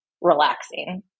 relaxing